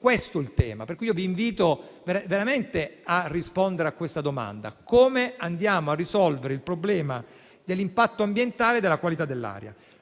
Questo è il tema, per cui vi invito veramente a rispondere a questa domanda: come andiamo a risolvere il problema dell'impatto ambientale e della qualità dell'aria?